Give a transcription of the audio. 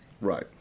Right